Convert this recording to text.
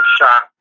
shot